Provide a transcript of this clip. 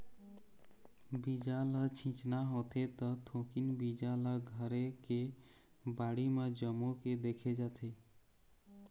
बीजा ल छिचना होथे त थोकिन बीजा ल घरे के बाड़ी म जमो के देखे जाथे